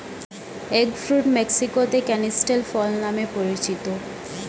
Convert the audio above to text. egg fruit মেক্সিকোতে canistel ফল নামে পরিচিত